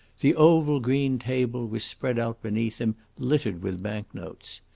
the oval green table was spread out beneath him littered with bank-notes.